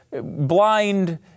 blind